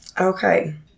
Okay